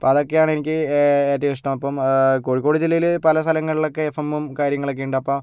അപ്പോൾ അതൊക്കെ ആണ് എനിക്ക് ഏറ്റം ഇഷ്ട്ടം അപ്പം കോഴിക്കോട് ജില്ലയില് പല സ്ഥലങ്ങളിലക്കെ എഫ്എമും കാര്യങ്ങളൊക്കെ ഉണ്ട് അപ്പം